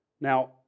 Now